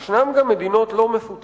יש גם מדינות לא מפותחות,